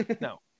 No